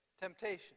temptation